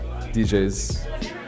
DJs